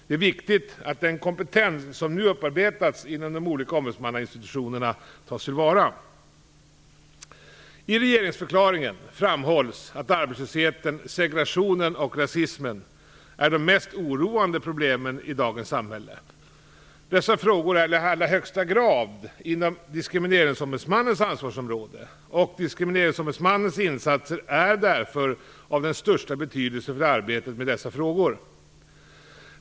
Det är viktigt att den kompetens som nu upparbetats i de olika ombudsmannainstitutionerna tas till vara. I regeringsförklaringen framhålls att arbetslösheten, segregationen och rasismen är de mest oroande problemen i dagens samhälle. Dessa frågor är i allra högsta grad inom Diskrimineringsombudsmannens ansvarsområde, och Diskrimineringsombudsmannens insatser är därför av den största betydelse för arbetet med dessa frågor.